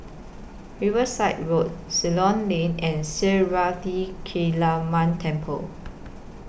Riverside Road Ceylon Lane and Sri Kaliamman Temple